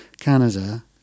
Canada